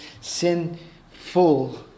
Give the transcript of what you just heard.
sinful